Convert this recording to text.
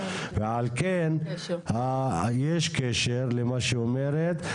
ועל כן יש קשר למה שאומרת.